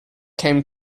came